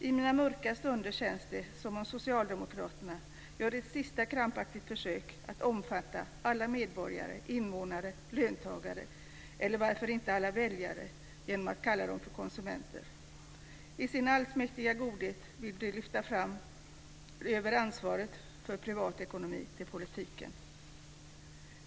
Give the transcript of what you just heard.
I mina mörka stunder känns det som om socialdemokraterna gör ett sista krampaktigt försök att omfatta alla medborgare, invånare, löntagare, eller varför inte alla väljare, genom att kalla dem för konsumenter. I sin allsmäktiga godhet vill de lyfta över ansvaret för privatekonomi till politiken.